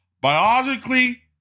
biologically